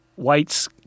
Whites